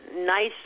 nice